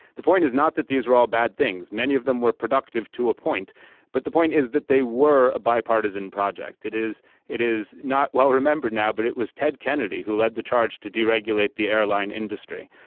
the point is not that these were all bad things many of them were productive to a point but the point is that they were a bipartisan project it is it is not. well remember now but it was ted kennedy who led the charge to deregulate the airline industry.